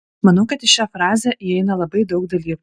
manau kad į šią frazę įeina labai daug dalykų